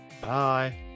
Bye